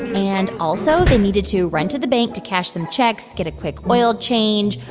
and also, they needed to run to the bank to cash some checks, get a quick oil change,